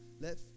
Let